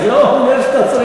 זה לא אומר שאתה צריך,